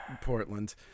Portland